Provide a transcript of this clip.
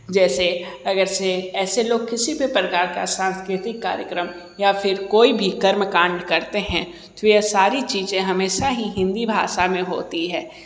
जैसे अगर से ऐसे लोग किसी भी प्रकार का सांस्कृतिक कार्यक्रम या फिर कोई भी कर्मकांड करते हैं तो यह सारी चीज़ें हमेशा ही हिंदी भाषा में होती है